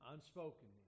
Unspoken